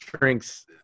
shrinks